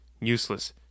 Useless